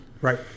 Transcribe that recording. Right